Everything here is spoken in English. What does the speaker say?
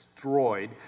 Destroyed